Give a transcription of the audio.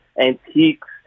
antiques